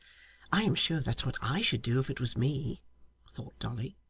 i am sure that's what i should do if it was me thought dolly.